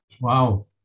Wow